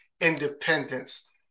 independence